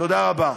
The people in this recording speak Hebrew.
תודה רבה.